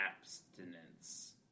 abstinence